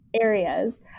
areas